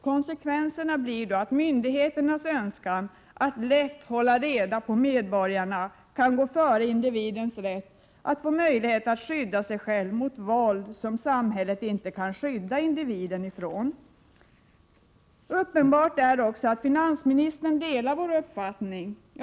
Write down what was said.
Konsekvenserna blir då att myndigheternas önskan att lätt hålla reda på medborgarna kan gå före individens rätt att få möjlighet att skydda sig själv mot våld som samhället inte kan skydda individen från. Det är också uppenbart att finansministern delar vår uppfattning.